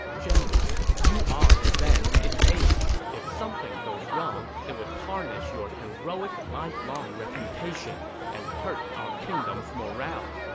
general, you are advanced in age. if something goes wrong, it would tarnish your heroic lifelong reputation and hurt our kingdom's morale.